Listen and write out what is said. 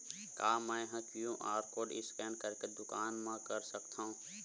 का मैं ह क्यू.आर कोड स्कैन करके दुकान मा कर सकथव?